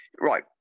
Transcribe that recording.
Right